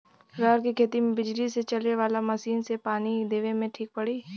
रहर के खेती मे बिजली से चले वाला मसीन से पानी देवे मे ठीक पड़ी?